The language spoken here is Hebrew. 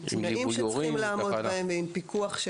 עם תנאים שצריכים לעמוד בהם ועם פיקוח.